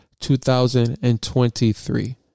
2023